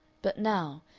but now,